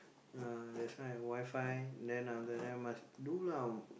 ya that's why WiFi then after that must do lah